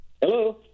Hello